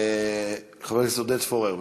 חבר הכנסת עודד פורר,